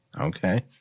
Okay